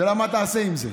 השאלה מה תעשה עם זה?